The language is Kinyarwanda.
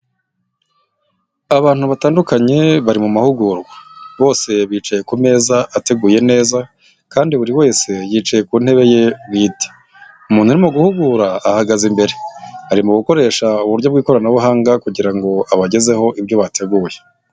Abantu batandukanye bari mu mahugurwa, bose bicaye ku meza ateguye neza kandi buri wese yicaye ku ntebe ye bwite. Umuntu urimo guhugura ahagaze imbere arimo gukoresha uburyo bw'ikoranabuhanga kugira ngo abagezeho ibyo bateguye.